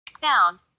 Sound